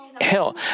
hell